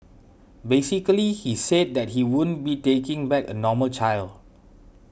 basically he said that he wouldn't be taking back a normal child